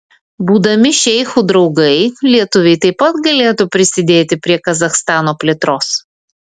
būdami šeichų draugai lietuviai taip pat galėtų prisidėti prie kazachstano plėtros